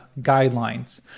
guidelines